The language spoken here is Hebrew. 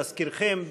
להזכירכם,